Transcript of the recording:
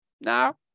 now